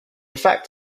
fact